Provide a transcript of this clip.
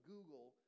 Google